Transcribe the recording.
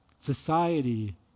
Society